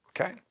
Okay